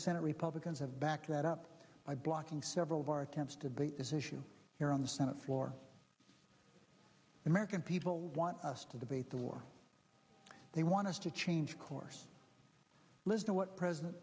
senate republicans have backed that up by blocking several of our attempts to beat this issue here on the senate floor the american people want us to debate the war they want us to change course listen to what president